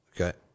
Okay